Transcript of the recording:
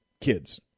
kids